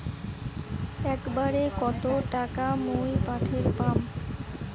একবারে কত টাকা মুই পাঠের পাম?